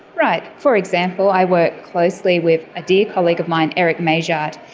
right. for example, i work closely with a dear colleague of mine, erik meijaard.